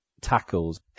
tackles